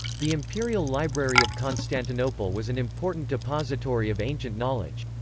the imperial library of constantinople was an important depository of ancient knowledge.